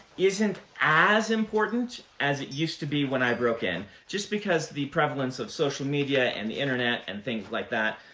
isn't as important as it used to be when i broke in, just because of the prevalence of social media, and the internet, and things like that.